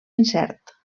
incert